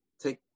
take